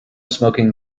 smoking